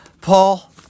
Paul